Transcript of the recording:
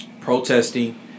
protesting